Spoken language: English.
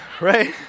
Right